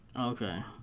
Okay